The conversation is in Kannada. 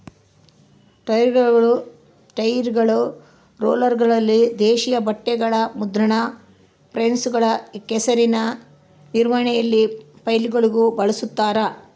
ಟೈರ್ಗಳು ರೋಲರ್ಗಳಲ್ಲಿ ದೇಶೀಯ ಬಟ್ಟೆಗ ಮುದ್ರಣ ಪ್ರೆಸ್ಗಳು ಕೆಸರಿನ ನಿರ್ವಹಣೆಯ ಪೈಪ್ಗಳಿಗೂ ಬಳಸ್ತಾರ